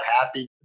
happy